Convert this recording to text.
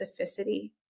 specificity